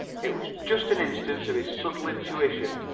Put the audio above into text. it was just an instance of his subtle intuition.